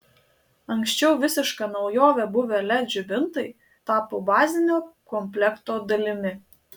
anksčiau visiška naujove buvę led žibintai tapo bazinio komplekto dalimi